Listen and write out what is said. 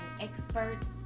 experts